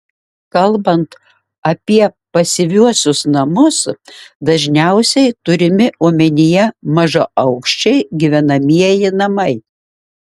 kalbant apie pasyviuosius namus dažniausiai turimi omenyje mažaaukščiai gyvenamieji namai